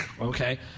okay